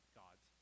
god's